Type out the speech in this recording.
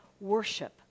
worship